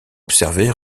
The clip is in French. observée